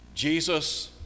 Jesus